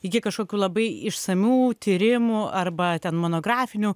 iki kažkokių labai išsamių tyrimų arba ten monografinių